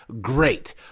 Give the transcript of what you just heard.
Great